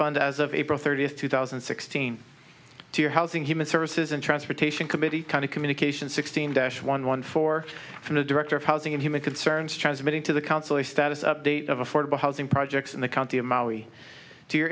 fund as of april thirtieth two thousand and sixteen to your housing human services and transportation committee kind of communication sixteen dash one one four from the director of housing and human concerns transmitting to the council a status update of affordable housing projects in the county of maui to your